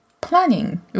planning